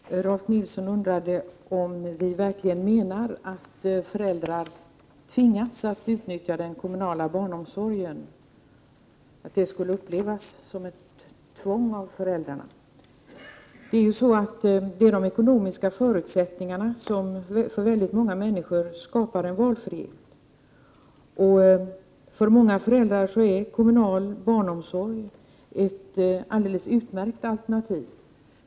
Herr talman! Rolf Nilsson undrade om vi verkligen menar att föräldrar tvingats att utnyttja den kommunala barnomsorgen och att det av föräldrarna skulle upplevas som ett tvång. Det är de ekonomiska förutsättningarna som för väldigt många människor skapar valfrihet. För många föräldrar är kommunal barnomsorg ett alldeles utmärkt alternativ.